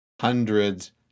hundreds